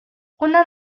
una